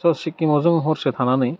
जा सिक्किमाव जों हरसे थानानै